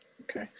Okay